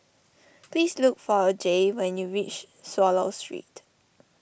please look for a Jaye when you reach Swallow Street